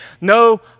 no